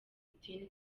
putin